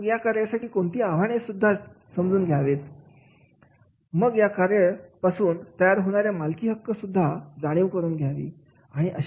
मग या कार्यासाठी येणारी आव्हाने सुद्धा समजून घ्यावेत मग या कार्य पासून तयार होणाऱ्या मालकी हक्कांची सुद्धा जाणीव करून घ्यावी